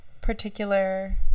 particular